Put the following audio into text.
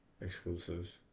exclusive